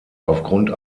aufgrund